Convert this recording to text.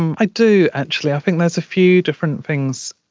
um i do actually, i think there's a few different things,